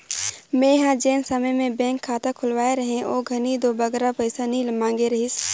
मेंहा जेन समे में बेंक खाता खोलवाए रहें ओ घनी दो बगरा पइसा नी मांगे रहिस